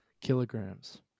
Kilograms